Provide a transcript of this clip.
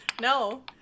No